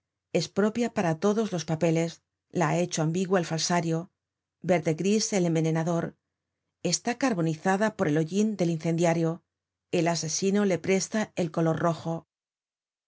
es propia para todos los papeles la ha hecho ambigua el falsario verde gris el envenenador está carbonizada por el hollin del incendiario el asesino le presta el color rojo